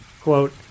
Quote